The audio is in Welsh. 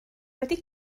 wedi